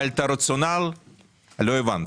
אבל את הרציונלי לא הבנתי.